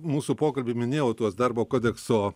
mūsų pokalbį minėjau tuos darbo kodekso